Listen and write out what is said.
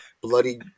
bloody